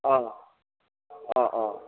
অঁ অঁ অঁ